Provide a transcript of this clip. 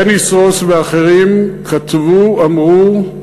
דניס רוס ואחרים כתבו, אמרו,